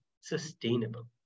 sustainable